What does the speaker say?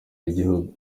y’igihugu